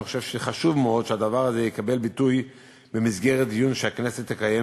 אני חושב שחשוב מאוד שהדבר הזה יקבל ביטוי במסגרת דיון שהכנסת תקיים,